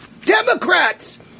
Democrats